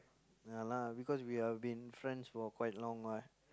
ya lah because we've been friends for quite long what